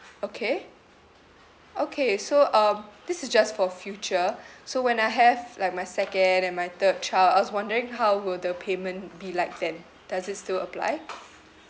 okay okay so um this is just for future so when I have like my second and my third child I was wondering how will the payment be like then does it still apply